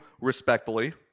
respectfully